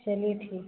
चलिए ठीक है